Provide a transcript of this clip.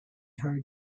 her